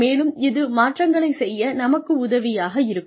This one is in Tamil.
மேலும் இது மாற்றங்களைச் செய்ய நமக்கு உதவியாக இருக்கும்